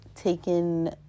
taken